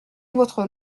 votre